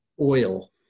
oil